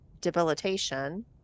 debilitation